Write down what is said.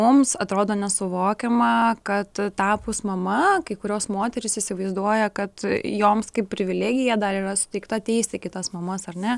mums atrodo nesuvokiama kad tapus mama kai kurios moterys įsivaizduoja kad joms kaip privilegija dar yra suteikta teisti kitas mamas ar ne